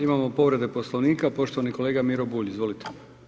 Imamo povrede Poslovnika, poštovani kolega Miro Bulj, izvolite.